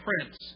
Prince